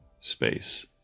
space